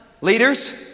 leaders